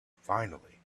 finally